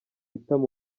itama